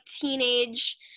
teenage –